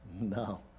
No